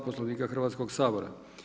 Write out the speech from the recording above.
Poslovnika Hrvatskog sabora.